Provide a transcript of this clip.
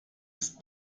ist